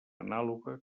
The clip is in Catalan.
anàloga